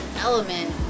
element